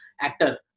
actor